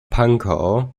pankow